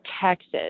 Texas